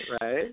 right